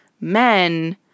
men